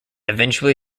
eventually